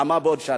למה בעוד שנה?